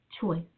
choice